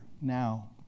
now